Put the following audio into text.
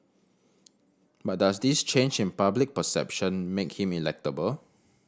but does this change in public perception make him electable